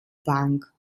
bank